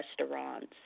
restaurants